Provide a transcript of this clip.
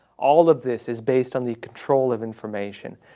all of this is based on the control of information.